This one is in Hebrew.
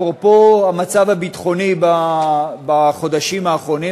אפרופו המצב הביטחוני בחודשים האחרונים,